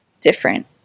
different